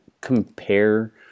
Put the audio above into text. compare